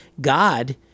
god